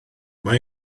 mae